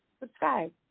subscribe